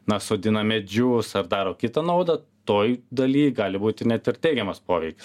na sodina medžius ar daro kitą naudą toj daly gali būti net ir teigiamas poveikis